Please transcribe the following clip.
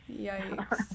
yikes